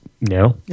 No